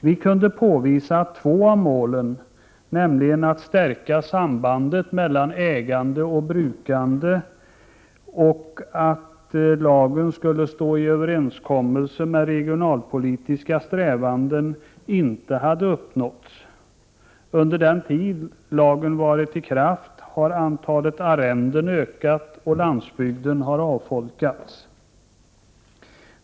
Vi kunde påvisa att två av målen, nämligen att ”stärka sambandet mellan ägande och brukande” och att lagen skulle ”stå i överensstämmelse med de regionalpolitiska strävandena”, inte hade uppnåtts. Under den tid lagen varit i kraft har antalet arrenden ökat och landsbygden avfolkats.